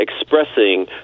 expressing